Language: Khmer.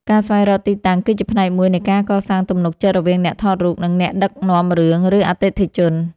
ការស្វែងរកទីតាំងគឺជាផ្នែកមួយនៃការកសាងទំនុកចិត្តរវាងអ្នកថតរូប និងអ្នកដឹកនាំរឿង ឬអតិថិជន។